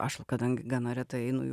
aš kadangi gana retai einu į